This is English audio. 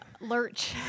Lurch